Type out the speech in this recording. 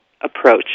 approach